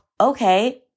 okay